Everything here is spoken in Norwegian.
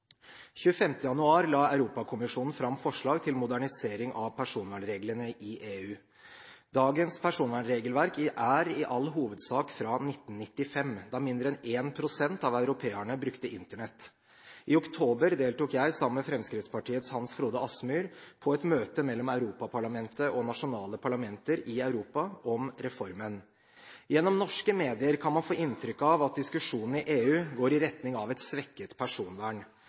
25. januar la Europakommisjonen fram forslag til modernisering av personvernreglene i EU. Dagens personvernregelverk er i all hovedsak fra 1995, da mindre enn én prosent av europeerne brukte Internett. I oktober deltok jeg, sammen med Fremskrittspartiets Hans Frode Kielland Asmyhr, på et møte mellom Europaparlamentet og nasjonale parlamenter i Europa om reformen. Gjennom norske medier kan man få inntrykk av at diskusjonen i EU går i retning av et svekket personvern.